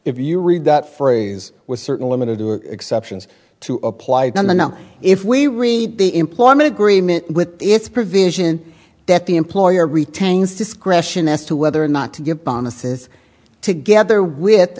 if you read that phrase with certain limited exceptions to apply the now if we read the employment agreement with its provision that the employer retains discretion as to whether or not to give bonuses together with